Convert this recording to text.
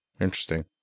Interesting